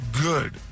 good